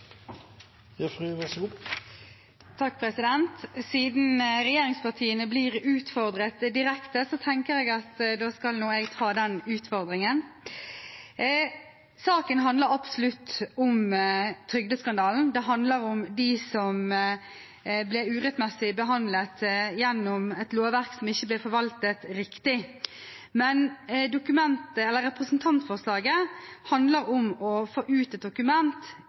skal jeg ta den utfordringen. Saken handler absolutt om trygdeskandalen. Det handler om dem som ble urettmessig behandlet gjennom et lovverk som ikke ble forvaltet riktig. Representantforslaget handler om å få ut et dokument,